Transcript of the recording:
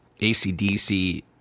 ACDC